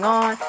on